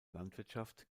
landwirtschaft